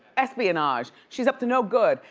espionage, she's up to no good,